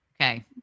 Okay